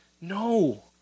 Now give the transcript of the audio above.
No